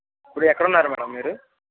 ఇప్పుడు ఎక్కడున్నారు మేడం మీరు